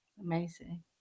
Amazing